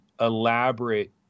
elaborate